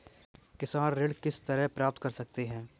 किसान ऋण किस तरह प्राप्त कर सकते हैं?